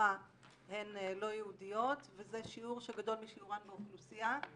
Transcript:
במשפחה הן לא יהודיות וזה שיעור שגדול משיעורן באוכלוסייה.